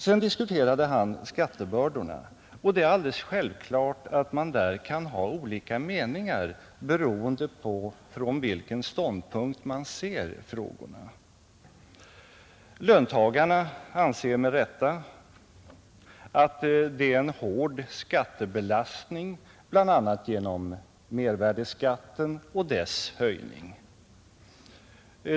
Sedan diskuterade herr Levin skattebördorna, och det är alldeles självklart att man där kan ha olika meningar beroende på från vilken ståndpunkt man ser frågorna. Löntagarna anser med rätta att det är en hård skattebelastning bl.a. genom mervärdeskatten och dess höjning.